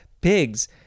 pigs